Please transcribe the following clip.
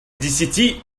десяти